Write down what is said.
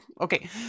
Okay